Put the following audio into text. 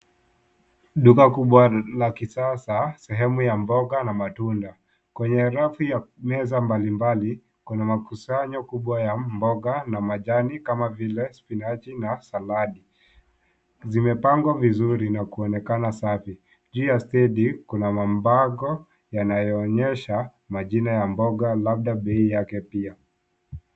Duka kubwa la kisasa sehemu ya mboga na matunda. Kwenye rafu ya meza mbalimbali kuna makusanyo kubwa ya mboga na majani kama vile spinachi na saladi, zimepangwa vizuri na kuonekana safi. Juu ya stendi kuna mambango yanayoonyesha majina ya mboga labda bei yake pia.